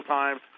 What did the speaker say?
times